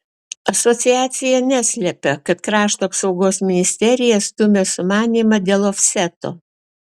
asociacija neslepia kad krašto apsaugos ministerija stumia sumanymą dėl ofseto